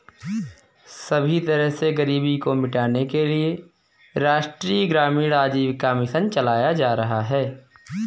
सभी तरह से गरीबी को मिटाने के लिये राष्ट्रीय ग्रामीण आजीविका मिशन चलाया जा रहा है